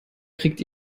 kriegt